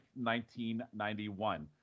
1991